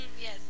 Yes